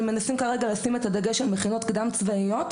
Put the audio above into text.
כרגע מנסים לשים את הדגש על מכינות קדם צבאיות.